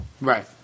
Right